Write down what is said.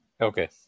Okay